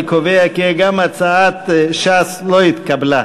אני קובע כי גם הצעת ש"ס לא התקבלה.